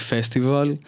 Festival